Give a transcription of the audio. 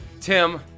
Tim